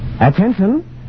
Attention